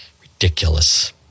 Ridiculous